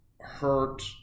hurt